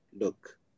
look